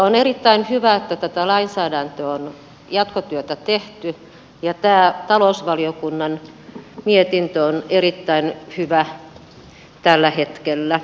on erittäin hyvä että tätä lainsäädännön jatkotyötä on tehty ja tämä talousvaliokunnan mietintö on erittäin hyvä tällä hetkellä